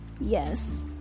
Yes